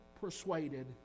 persuaded